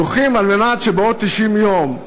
דוחים על מנת שבעוד 90 יום,